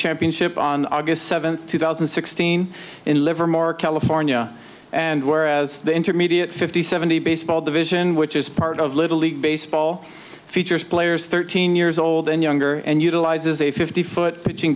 championship on august seventh two thousand and sixteen in livermore california and whereas the intermediate fifty seventy baseball division which is part of little league baseball features players thirteen years old and younger and utilizes a fifty foot